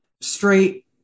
straight